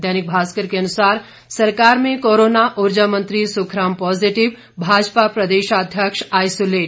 दैनिक भास्कर के अनुसार सरकार में कोरोना ऊर्जा मंत्री सुखराम पॉजीटिव भाजपा प्रदेशाध्यक्ष आइसोलेट